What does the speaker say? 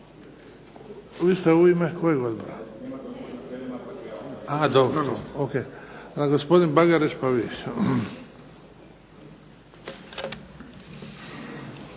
Hvala na